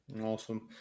Awesome